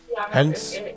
Hence